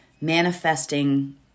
manifesting